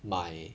买